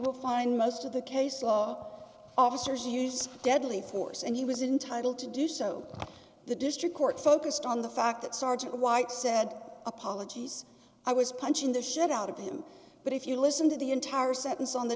will find most of the case officers used deadly force and he was entitle to do so the district court focused on the fact that sergeant white said apologies i was punched in the shit out of him but if you listen to the entire sentence on the